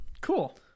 Cool